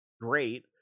great